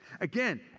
Again